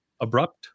abrupt